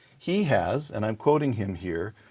he has, and i'm quoting him here,